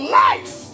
life